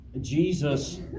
Jesus